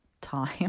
time